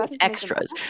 extras